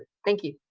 thank you.